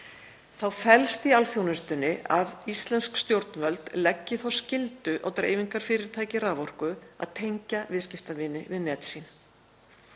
Þá felst í alþjónustunni að íslensk stjórnvöld leggi þá skyldu á dreifingarfyrirtæki raforku að tengja viðskiptavini við net sín.